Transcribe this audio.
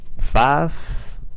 five